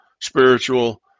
spiritual